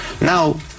Now